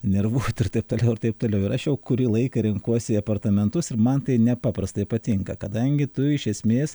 nervuot ir taip toliau ir taip toliau ir aš jau kurį laiką renkuosi apartamentus ir man tai nepaprastai patinka kadangi tu iš esmės